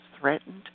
threatened